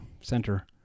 center